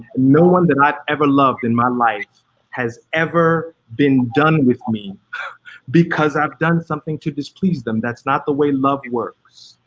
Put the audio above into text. no one that i've ever loved in my life has ever been done with me because i've done something to displease them, that's not the way love works,